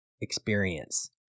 experience